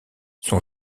son